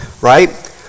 right